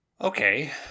Okay